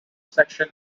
section